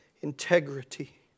integrity